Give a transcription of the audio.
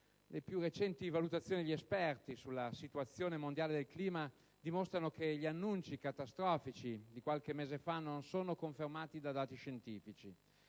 Le più recenti valutazioni degli esperti sulla situazione mondiale del clima dimostrano che gli annunci catastrofici di qualche mese fa non sono confermati da dati scientifici.